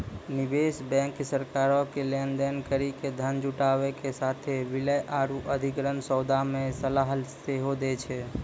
निवेश बैंक सरकारो के लेन देन करि के धन जुटाबै के साथे विलय आरु अधिग्रहण सौदा मे सलाह सेहो दै छै